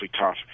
tough